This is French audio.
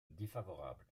défavorable